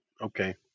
Okay